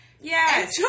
Yes